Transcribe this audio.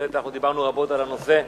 בהחלט דיברנו רבות על הנושא.